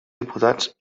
diputats